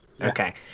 Okay